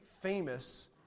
famous